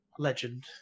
Legend